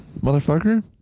motherfucker